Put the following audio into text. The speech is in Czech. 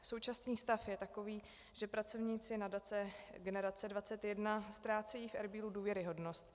Současný stav je takový, že pracovníci Nadace Generace 21 ztrácejí v Erbílu důvěryhodnost.